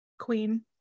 queen